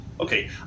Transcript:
Okay